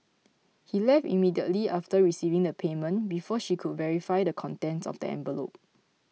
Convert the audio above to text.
he left immediately after receiving the payment before she could verify the contents of the envelope